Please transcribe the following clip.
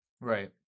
Right